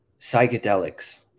psychedelics